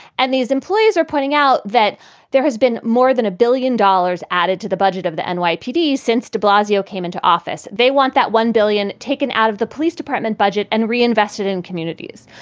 and these employees are pointing out that there has been more than a billion dollars added to the budget of the nypd since de blasio came into office. they want that one billion taken out of the police department budget and reinvested in communities.